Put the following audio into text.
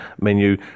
menu